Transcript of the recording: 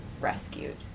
rescued